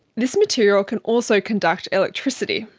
this material can also conduct electricity.